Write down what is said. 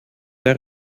der